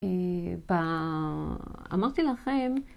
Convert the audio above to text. ב... אמרתי לכם